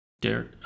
Derek